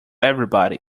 everybody